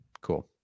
cool